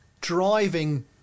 driving